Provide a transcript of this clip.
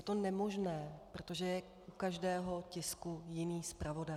Je to nemožné, protože je u každého tisku jiný zpravodaj.